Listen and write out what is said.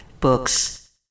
Books